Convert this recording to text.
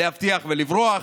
להבטיח ולברוח,